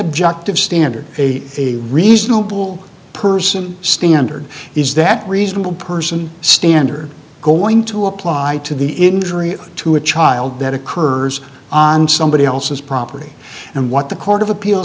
objective standard a reasonable person standard is that reasonable person standard are going to apply to the injury to a child that occurs on somebody else's property and what the court of appeal